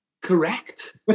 Correct